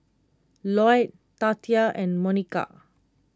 Lloyd Tatia and Monika